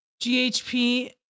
GHP